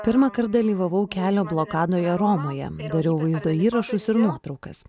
pirmąkart dalyvavau kelio blokadoje romoje ir dariau vaizdo įrašus ir nuotraukas